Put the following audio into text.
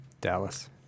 Dallas